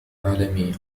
عالمية